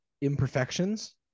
imperfections